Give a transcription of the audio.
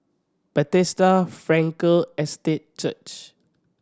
Bethesda Frankel Estate Church